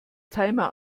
timer